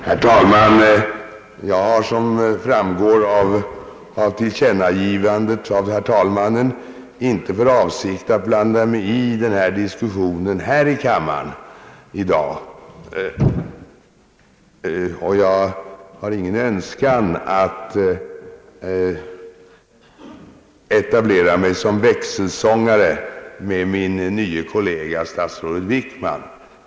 Herr talman! Jag har inte för avsikt att blanda mig i diskussionen i dag här i kammaren. Jag har ingen önskan att etablera mig som växelsångare tillsammans med min nye kollega statsrådet Wickman.